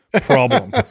problem